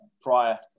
prior